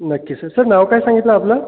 नक्की sir sir नाव काय सांगितलं आपलं